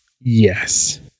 yes